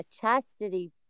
chastity